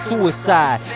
Suicide